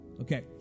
Okay